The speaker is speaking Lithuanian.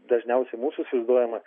dažniausiai mūsų įsivaizduojama